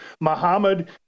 Muhammad